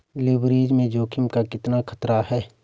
Leverage में जोखिम का कितना खतरा है?